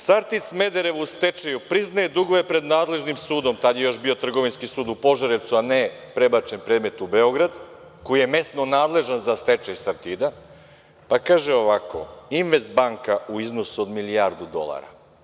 Sartid“ Smederevu u stečaju priznaje dugove pred nadležnim sudom, tada je još bio trgovinski sud u Požarevcu, a ne prebačen predmet u Beograd, koji je mesno nadležan za stečaj „Sartida“, pa kaže ovako – „Investbanka“ u iznosu od milijardu dolara.